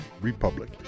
Republic